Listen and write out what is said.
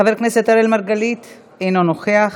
חבר הכנסת אראל מרגלית, אינו נוכח,